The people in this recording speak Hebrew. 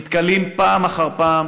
נתקלים פעם אחר פעם